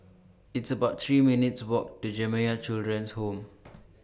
It's about three minutes' Walk to Jamiyah Children's Home